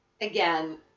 Again